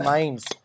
minds